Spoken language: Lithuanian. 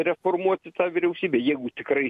reformuoti tą vyriausybė jeigu tikrai